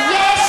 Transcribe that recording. אופוזיציה?